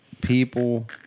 people